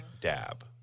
dab